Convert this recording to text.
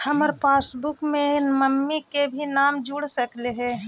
हमार पासबुकवा में मम्मी के भी नाम जुर सकलेहा?